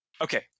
Okay